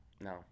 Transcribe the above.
No